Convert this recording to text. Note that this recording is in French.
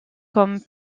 comme